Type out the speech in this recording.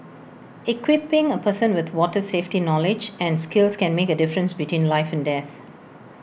equipping A person with water safety knowledge and skills can make A difference between life and death